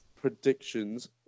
predictions